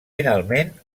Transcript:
finalment